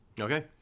okay